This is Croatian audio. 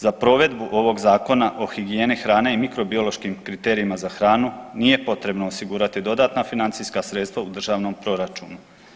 Za provedbu ovog Zakona o higijeni hrane i mikrobiološkim kriterijima za hranu nije potrebno osigurati dodatna financijska sredstva u državnom proračunu.